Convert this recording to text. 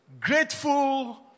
Grateful